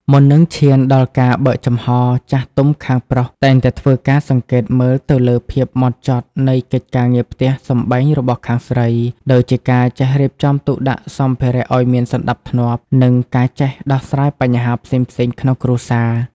មុននឹងឈានដល់ការបើកចំហ ចាស់ទុំខាងប្រុសតែងតែធ្វើការសង្កេតមើលទៅលើភាពហ្មត់ចត់នៃកិច្ចការងារផ្ទះសម្បែងរបស់ខាងស្រី ដូចជាការចេះរៀបចំទុកដាក់សម្ភារៈឱ្យមានសណ្តាប់ធ្នាប់ និងការចេះដោះស្រាយបញ្ហាផ្សេងៗក្នុងគ្រួសារ។